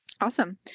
Awesome